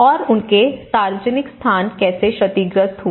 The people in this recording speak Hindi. और उनके सार्वजनिक स्थान कैसे क्षतिग्रस्त हुए